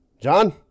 John